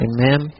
Amen